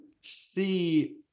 see